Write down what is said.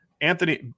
Anthony